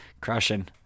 Crushing